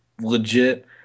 legit